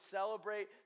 celebrate